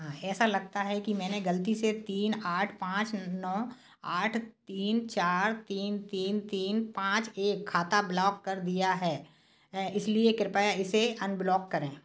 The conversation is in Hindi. ऐसा लगता है कि मैंने गलती से तीन आठ पाँच नौ आठ तीन चार तीन तीन तीन पाँच एक खाता ब्लॉक कर दिया है है इसलिए कृपया इसे अनब्लॉक करें